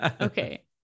Okay